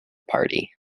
party